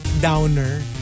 downer